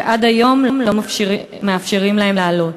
ועד היום לא מאפשרים להם לעלות.